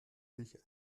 sich